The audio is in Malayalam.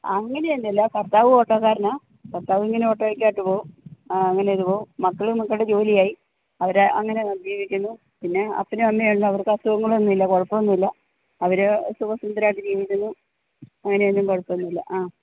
അങ്ങനെയൊന്നും ഇല്ല ഭർത്താവും ഓട്ടോക്കാരനാണ് ഭർത്താവും ഇങ്ങനെ ഓട്ടോയ്ക്കകത്ത് പോവും അങ്ങനെ അത് പോവും മക്കൾ മക്കളുടെ ജോലിയായി അവർ അങ്ങനെ ജീവിക്കുന്നു പിന്നെ അപ്പനും അമ്മെയുമുണ്ട് അവർക്ക് അസുഖങ്ങൾ ഒന്നുമില്ല കുഴപ്പൊന്നുമില്ല അവർ സുഖം സുന്ദരമായിട്ട് ജീവിക്കുന്നു അങ്ങനെയൊന്നും കുഴപ്പമൊന്നുമില്ല ആ